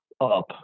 up